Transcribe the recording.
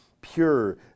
pure